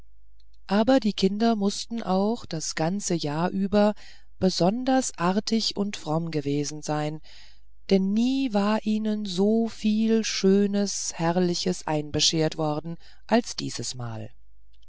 aber die kinder mußten auch das ganze jahr über besonders artig und fromm gewesen sein denn nie war ihnen so viel schönes herrliches einbeschert worden als dieses mal